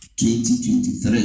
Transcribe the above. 2023